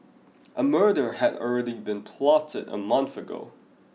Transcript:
a murder had already been plotted a month ago